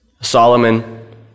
Solomon